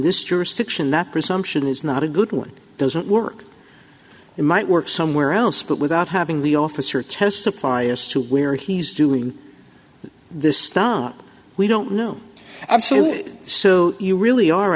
this jurisdiction that presumption is not a good one doesn't work it might work somewhere else but without having the officer testify as to where he's doing this star we don't know and so so you really are